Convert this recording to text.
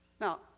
Now